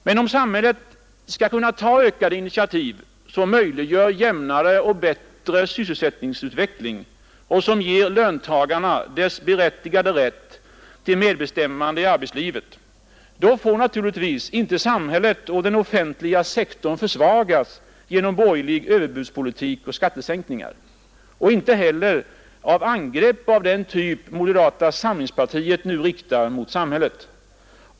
Men om samhället skall kunna ta ökade initiativ, som möjliggör jämnare och bättre sysselsättningsutveckling och ger löntagarna deras berättigade medbestämmande i arbetslivet, så får naturligtvis inte samhället och den offentliga sektorn försvagas genom borgerlig överbudspolitik och skattesänkningar, och inte heller genom angrepp av den typ som moderata samlingspartiet nu riktar mot samhället.